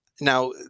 Now